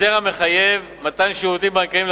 הסדר המחייב מתן שירותים בנקאיים,